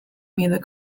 the